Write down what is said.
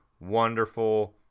wonderful